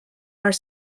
are